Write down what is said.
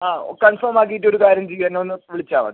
ആ കൺഫേം ആക്കിയിട്ട് ഒരു കാര്യം ചെയ്യ് എന്നെ ഒന്ന് വിളിച്ചാൽ മതി